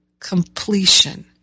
completion